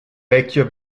vecchio